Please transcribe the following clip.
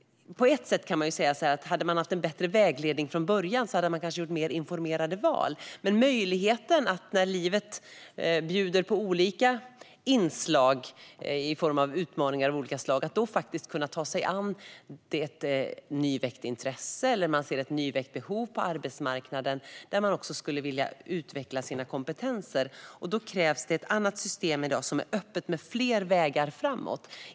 På ett sätt kan man säga att eleverna kanske hade gjort mer informerade val om de haft en bättre vägledning från början, men när livet bjuder på olika inslag i form av utmaningar behövs möjligheten att ta sig an ett nyväckt intresse - eller om man ser ett nyväckt behov på arbetsmarknaden - genom att utveckla sina kompetenser. Då krävs ett annat system än i dag, som är öppet och har fler vägar framåt.